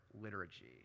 liturgy